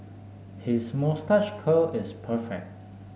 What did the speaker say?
his moustache curl is perfect